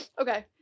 Okay